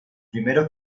primeros